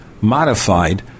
modified